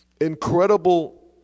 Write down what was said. incredible